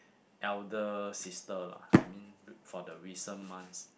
elder sister lah I mean for the recent months